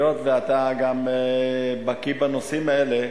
היות שאתה גם בקי בנושאים האלה,